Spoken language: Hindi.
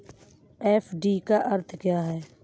एफ.डी का अर्थ क्या है?